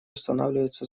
устанавливаются